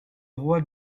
roi